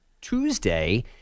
Tuesday